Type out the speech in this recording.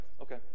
Okay